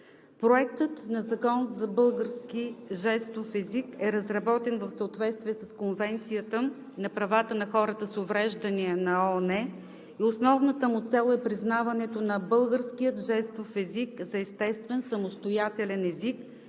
Законопроектът за българския жестов език е разработен в съответствие с Конвенцията за правата на хората с увреждания на ООН и основната му цел е признаването на българския жестов език за естествен самостоятелен език